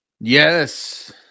yes